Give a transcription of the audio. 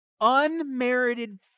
Unmerited